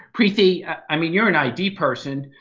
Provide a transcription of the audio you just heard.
preeti i mean you're an id person.